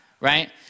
right